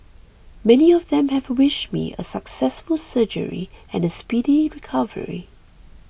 many of them have wished me a successful surgery and a speedy recovery